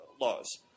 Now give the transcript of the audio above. laws